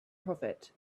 prophet